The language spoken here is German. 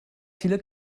viele